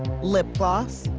lip gloss,